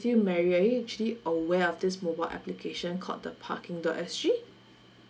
you mary are you actually aware of this mobile application called the parking dot S G